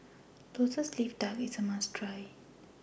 Lotus Leaf Duck IS A must Try